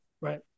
Right